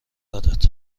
دارد